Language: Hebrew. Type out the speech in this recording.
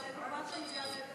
אני חושבת שזה יותר,